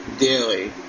daily